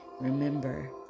Remember